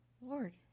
lord